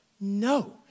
No